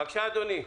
בבקשה, אדוני.